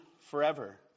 forever